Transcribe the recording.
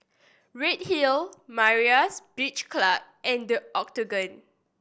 Redhill Myra's Beach Club and The Octagon